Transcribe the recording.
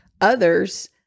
others